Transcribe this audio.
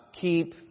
keep